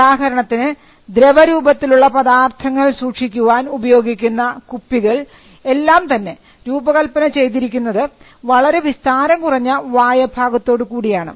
ഉദാഹരണത്തിന് ദ്രവരൂപത്തിലുള്ള പദാർത്ഥങ്ങൾ സൂക്ഷിക്കാൻ ഉപയോഗിക്കുന്ന കുപ്പികൾ എല്ലാം തന്നെ രൂപകൽപ്പന ചെയ്തിരിക്കുന്നത് വളരെ വിസ്താരം കുറഞ്ഞ വായ ഭാഗത്തു കൂടിയാണ്